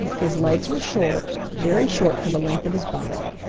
his legs were short, very short for the length of his body.